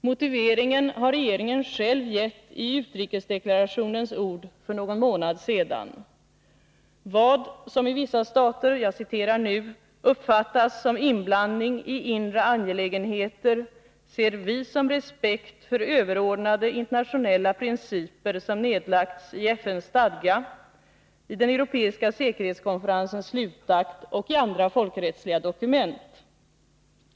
Motiveringen har regeringen själv gett i utrikesdeklarationens ord för någon månad sedan: ”Vad som av vissa stater uppfattas som inblandning i inre angelägenheter, ser vi som respekt för överordnade internationella principer som nedlagts i FN:s stadga, i den europeiska säkerhetskonferensens slutakt och i andra folkrättsliga dokument.